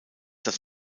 das